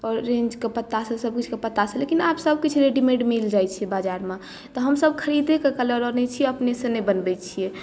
ऑरेन्जके पत्तासँ सभकिछुके पत्तासँ लेकिन आब सभकिछु रेडीमेड मिल जाइत छै बाजारमे तऽ हमसभ खरीदेके कलर अनैत छी अपने से नहि बनबैत छियै